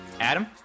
adam